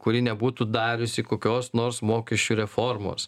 kuri nebūtų dariusi kokios nors mokesčių reformos